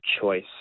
choice